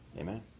Amen